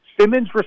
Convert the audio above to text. simmons